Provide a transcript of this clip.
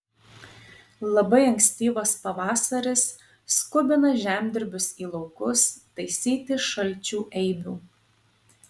labai ankstyvas pavasaris skubina žemdirbius į laukus taisyti šalčių eibių